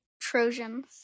Trojans